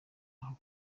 aho